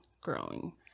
growing